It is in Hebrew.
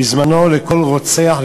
בזמנו כל רוצח,